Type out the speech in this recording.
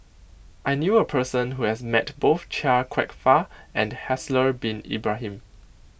I knew a person who has met both Chia Kwek Fah and Haslir Bin Ibrahim